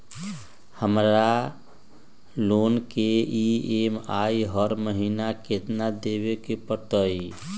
हमरा लोन के ई.एम.आई हर महिना केतना देबे के परतई?